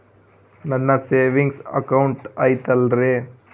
ನನ್ನ savings account ಐತಲ್ರೇ ಅದು ಕ್ರೆಡಿಟ್ ಮತ್ತ ಎ.ಟಿ.ಎಂ ಕಾರ್ಡುಗಳು ಕೆಲಸಕ್ಕೆ ಬರುತ್ತಾವಲ್ರಿ?